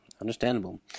Understandable